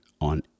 on